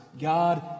God